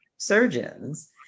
surgeons